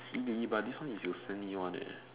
really but this one is you send me one eh